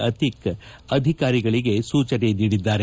ಅತಿಕ್ ಅಧಿಕಾರಿಗಳಿಗೆ ಸೂಚನೆ ನೀಡಿದ್ದಾರೆ